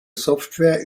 software